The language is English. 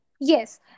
Yes